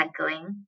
recycling